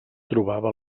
trobava